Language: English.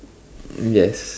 yes